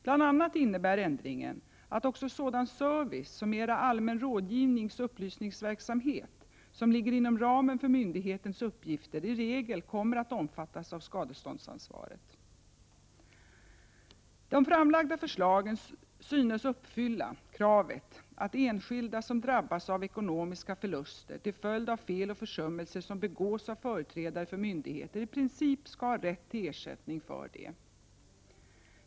Ändringen innebär bl.a. att även sådan service som mera allmän rådgivning och upplysningsverksamhet som ligger inom ramen för myndighetens uppgifter i regel kommer att omfattas av skadeståndsansvaret. De framlagda förslagen synes uppfylla kravet på att enskilda som drabbas av ekonomiska förluster till följd av fel eller försummelser som begås av företrädare för myndigheter i princip skall ha rätt till ersättning.